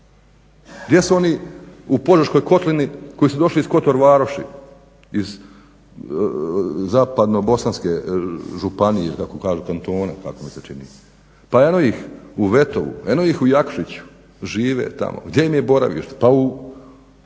Gdje su oni u Požeškoj kotlini koji su došli iz Kotor varoši iz zapadnobosanske županije da tako kažem ili kantona kako mi se čini. Pa eno ih u Vetovu, eno ih u Jakšiću žive tamo. Gdje im je boravište? Pa na